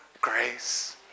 grace